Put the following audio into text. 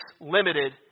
limited